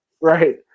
Right